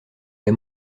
des